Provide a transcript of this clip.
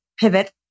pivot